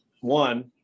one